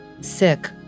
sick